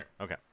okay